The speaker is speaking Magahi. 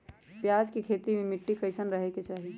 प्याज के खेती मे मिट्टी कैसन रहे के चाही?